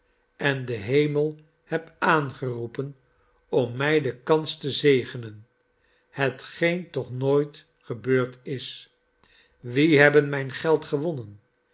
en den hemel heb aangeroepen om mij de kans te zegenen hetgeen toch nooit gebeurd is wie hebben mijn geld gewonnen